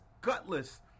gutless